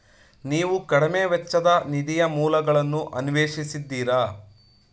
ನೀವು ಕಡಿಮೆ ವೆಚ್ಚದ ನಿಧಿಯ ಮೂಲಗಳನ್ನು ಅನ್ವೇಷಿಸಿದ್ದೀರಾ?